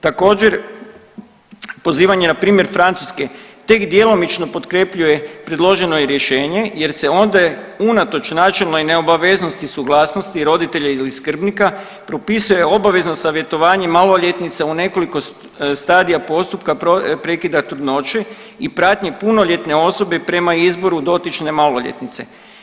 Također, pozivanje na primjer Francuske, tek djelomično potkrjepljuje predloženo je i rješenje jer se ondje unatoč načelnoj neobaveznosti suglasnosti roditelja ili skrbnika propisuje obavezno savjetovanje maloljetnica u nekoliko stadija postupka prekida trudnoće i pratnje punoljetne osobe prema izboru dotične maloljetnice.